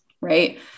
Right